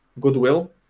goodwill